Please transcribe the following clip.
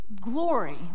glory